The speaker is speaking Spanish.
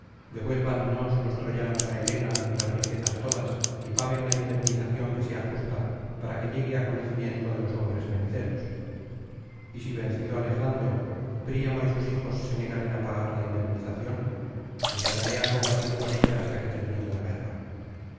devuélvannos los troyanos á helena y las riquezas todas y paguen la indemnización que sea justa para que llegue á conocimiento de los hombres venideros y si vencido alejandro príamo y sus hijos se negaren á pagar la indemnización me quedaré á combatir por ella hasta que termine la guerra